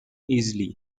easily